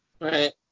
Right